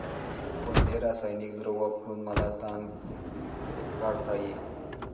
कोणते रासायनिक द्रव वापरून मला तण काढता येईल?